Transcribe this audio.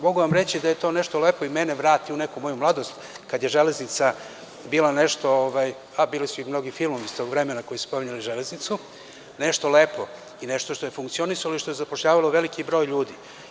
Mogu vam reći da je to nešto lepo i mene vrati u neku moju mladost, kad je železnica bila nešto lepo, a bili su i mnogi filmovi iz tog vremena koji su pominjali železnicu, nešto što je funkcionisalo i što je zapošljavalo veliki broj ljudi.